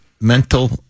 mental